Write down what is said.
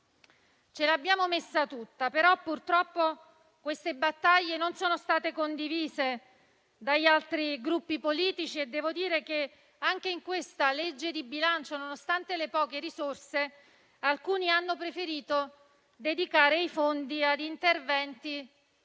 Ce l'abbiamo messa tutta, però purtroppo queste battaglie non sono state condivise dagli altri Gruppi politici. Anche in questo disegno di legge di bilancio, nonostante le poche risorse, alcuni hanno preferito destinare i fondi ad interventi